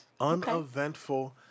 Uneventful